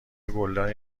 گلدانی